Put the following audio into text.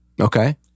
Okay